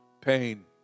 pain